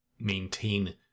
maintain